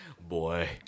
Boy